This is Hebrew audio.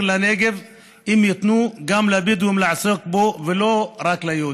לנגב אם ייתנו גם לבדואים לעסוק בו ולא רק ליהודים.